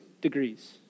degrees